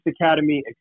academy